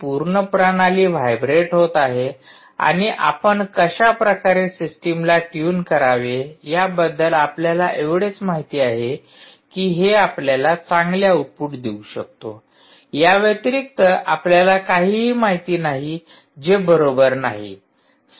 हि पूर्ण प्रणाली व्हायब्रेट होत आहे आणि आपण कशा प्रकारे सिस्टिमला टयून करावे याबद्दल आपल्याला एवढेच माहिती आहे कि हे आपल्याला चांगले आउटपुट देऊ शकतो या व्यतिरिक्त आपल्याला काहीही माहिती नाही जे बरोबर नाही